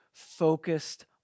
focused